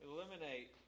eliminate